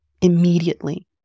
immediately